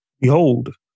Behold